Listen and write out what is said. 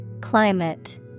Climate